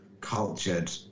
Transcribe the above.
cultured